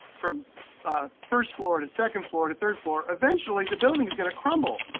from first floor to second floor to third floor, eventually the building's gonna crumble.